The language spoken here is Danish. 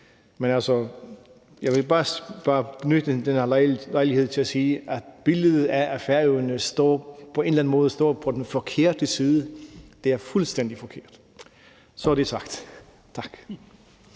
jeg vil bare benytte den her lejlighed til at sige, at billedet af, at Færøerne på en eller anden måde står på den forkerte side, er fuldstændig forkert. Så er det sagt. Tak.